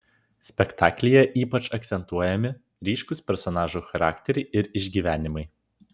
spektaklyje ypač akcentuojami ryškūs personažų charakteriai ir išgyvenimai